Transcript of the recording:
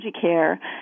care